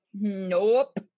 nope